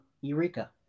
Eureka